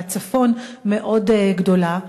והצפון מאוד גדולה.